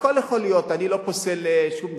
הכול יכול להיות, אני לא פוסל שום דבר.